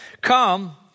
Come